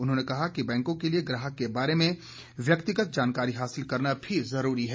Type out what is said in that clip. उन्होंने कहा कि बैंकों के लिए ग्राहक के बारे में व्यक्तिगत जानकारी हासिल करना भी जरूरी है